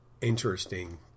interesting